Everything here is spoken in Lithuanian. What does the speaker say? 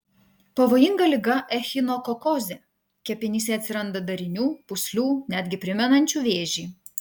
pavojinga liga echinokokozė kepenyse atsiranda darinių pūslių netgi primenančių vėžį